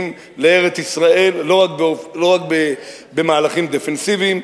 לארץ-ישראל לא רק במהלכים דפנסיביים,